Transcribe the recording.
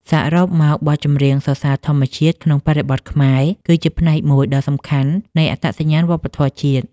សរុបមក បទចម្រៀងសរសើរធម្មជាតិក្នុងបរិបទខ្មែរ គឺជាផ្នែកមួយដ៏សំខាន់នៃអត្តសញ្ញាណវប្បធម៌ជាតិ។